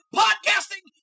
podcasting